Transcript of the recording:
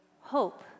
hope